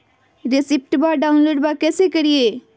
रेसिप्टबा डाउनलोडबा कैसे करिए?